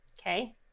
Okay